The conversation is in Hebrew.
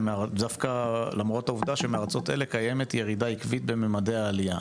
דווקא למרות העובדה שמארצות אלה קיימת ירידה עקבית בממדי העלייה.